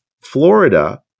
Florida